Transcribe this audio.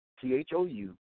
T-H-O-U